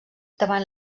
davant